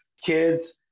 kids